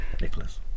Nicholas